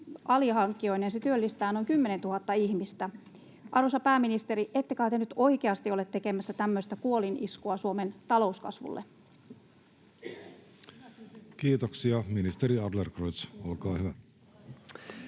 alihankkijoineen työllistää noin 10 000 ihmistä. Arvoisa pääministeri, ette kai te nyt oikeasti ole tekemässä tämmöistä kuoliniskua Suomen talouskasvulle? [Speech 12] Speaker: Jussi Halla-aho